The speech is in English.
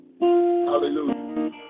hallelujah